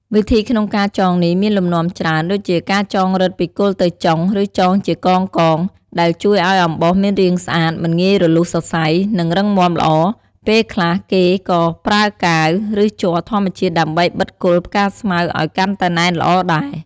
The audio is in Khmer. វិធីក្នុងការចងនេះមានលំនាំច្រើន ដូចជាការចងរឹតពីគល់ទៅចុង ឬចងជាកងៗ ដែលជួយឲ្យអំបោសមានរាងស្អាត មិនងាយរលុះសរសៃ និងរឹងមាំល្អ ពេលខ្លះគេក៏ប្រើកាវ ឬជ័រធម្មជាតិដើម្បីបិទគល់ផ្កាស្មៅឲ្យកាន់តែណែនល្អដែរ។